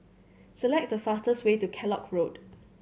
select the fastest way to Kellock Road